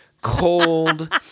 cold